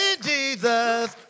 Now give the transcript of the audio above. jesus